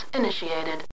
initiated